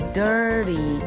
dirty